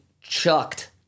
chucked